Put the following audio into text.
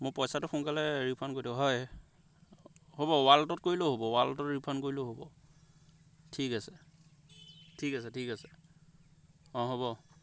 মোৰ পইচাটো সোনকালে ৰিফাণ্ড কৰি দিয়ক হয় হ'ব ৱালেটত কৰিলেও হ'ব ৱালেটত ৰিফাণ্ড কৰিলেও হ'ব ঠিক আছে ঠিক আছে ঠিক আছে অঁ হ'ব